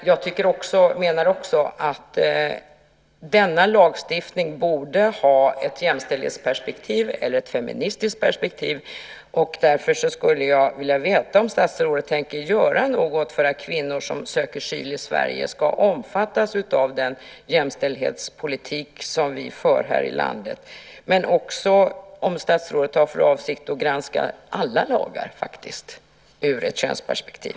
Jag menar också att denna lagstiftning borde ha ett jämställdhetsperspektiv, eller ett feministiskt perspektiv. Därför skulle jag vilja veta om statsrådet tänker göra något för att kvinnor som söker asyl i Sverige ska omfattas av den jämställdhetspolitik som vi för här i landet. Jag skulle också vilja veta om statsrådet har för avsikt att faktiskt granska alla lagar ur ett könsperspektiv.